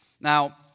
Now